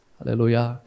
Hallelujah